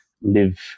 live